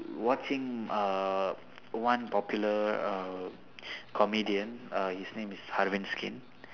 watching uh one popular uh comedian uh his name is harvinth skin